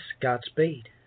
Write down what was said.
Godspeed